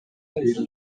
бери